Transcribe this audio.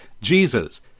Jesus